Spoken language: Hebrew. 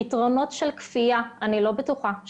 אני לא בטוחה שפתרונות בכפייה ישיגו